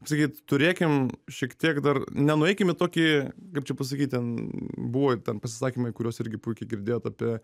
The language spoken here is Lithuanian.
kaip sakyt turėkim šiek tiek dar ne nueikim tokį kaip čia pasakyt ten buvo ten pasisakymai kuriuos irgi puikiai girdėjot apie